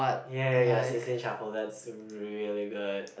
ya ya ya sixteen chapel that's really good